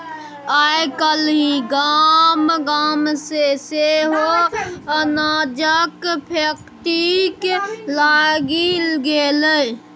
आय काल्हि गाम गाम मे सेहो अनाजक फैक्ट्री लागि गेलै